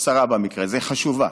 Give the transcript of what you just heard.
או שרה, במקרה הזה, היא חשובה,